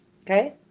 okay